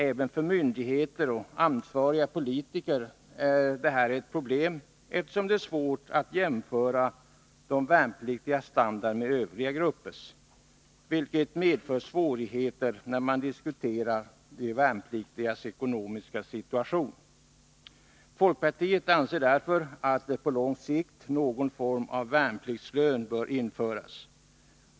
Även för myndigheter och ansvariga politiker är detta ett problem, eftersom det är svårt att jämföra de värnpliktigas standard med övriga gruppers, vilket medför svårigheter när man diskuterar de värnpliktigas ekonomiska situation. Folkpartiet anser därför att på lång sikt någon form av värnpliktslön bör införas.